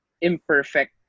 imperfect